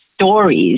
stories